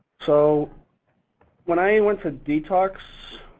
so when i went to detox,